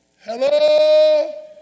Hello